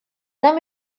нам